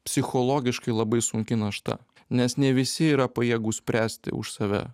psichologiškai labai sunki našta nes ne visi yra pajėgūs spręsti už save